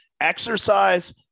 Exercise